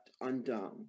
undone